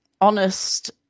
honest